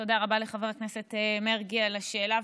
תודה רבה לחבר הכנסת מרגי על השאלה,